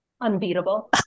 unbeatable